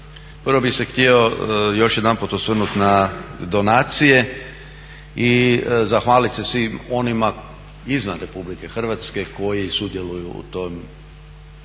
prvo bih se htio još jedanput osvrnut na donacije i zahvalit se svim onima izvan RH koji sudjeluju u tim